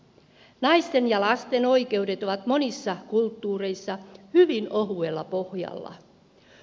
naisten ja lasten oikeudet ovat monissa kulttuureissa hyvin ohuella pohjalla